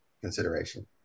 consideration